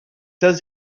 does